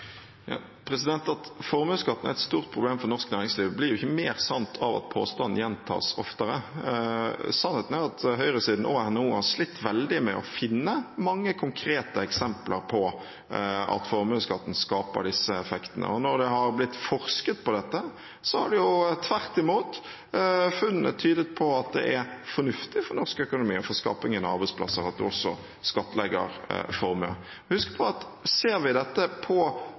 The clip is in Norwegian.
At formuesskatt er et stort problem for norsk næringsliv, blir ikke mer sant av at påstanden gjentas oftere. Sannheten er at høyresiden og NHO har slitt veldig med å finne mange konkrete eksempler på at formuesskatten skaper disse effektene. Når det har blitt forsket på dette, har tvert imot funnene tydet på at det er fornuftig for norsk økonomi og for å skape norske arbeidsplasser at en også skattlegger formue. Husk på at ser vi dette på